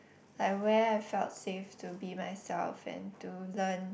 like where I felt safe to be myself and to learn